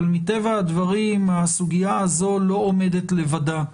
מטבע הדברים, הסוגיה הזו אינה עומדת לבדה.